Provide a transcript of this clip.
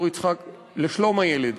המועצה לשלום הילד.